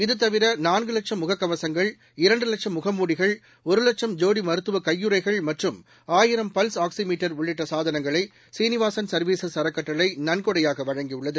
இதுதவிர நான்கு லட்சம் முகக்கவசங்கள் இரண்டு லட்சம் முகமூடிகள் ஒரு லட்சம் ஜோடி மருத்துவ கையுறைகள் மற்றும் ஆயிரம் பல்ஸ் ஆக்சிமீட்டர் உள்ளிட்ட சாதனங்களை சீனிவாசன் சா்வீஸஸ் அறக்கட்டளை நன்கொடையாக வழங்கி உள்ளது